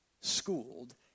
schooled